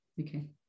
Okay